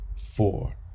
four